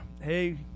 hey